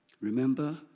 Remember